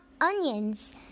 onions